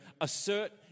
assert